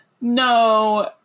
No